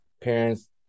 parents